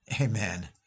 Amen